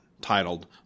titled